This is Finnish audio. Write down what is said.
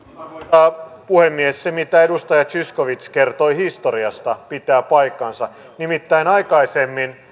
arvoisa puhemies se mitä edustaja zyskowicz kertoi historiasta pitää paikkansa nimittäin aikaisemmin